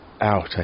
out